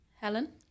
Helen